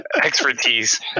expertise